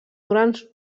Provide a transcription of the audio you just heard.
durant